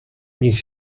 niech